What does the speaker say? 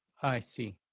i see.